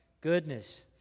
goodness